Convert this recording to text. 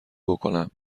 بکنم